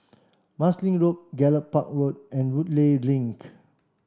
Marsiling Road Gallop Park Road and Woodleigh Link